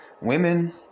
women